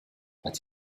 but